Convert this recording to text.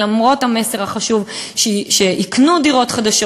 ולמרות המסר החשוב שיקנו דירות חדשות